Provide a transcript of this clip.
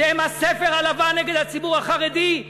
שהם הספר הלבן נגד הציבור החרדי,